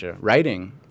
writing